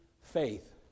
faith